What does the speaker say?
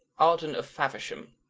arden of faversham